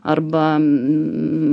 arba m